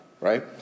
right